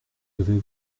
devez